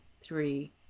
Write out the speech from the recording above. three